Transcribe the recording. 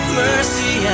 mercy